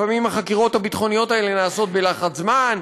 לפעמים החקירות הביטחוניות האלה נעשות בלחץ זמן,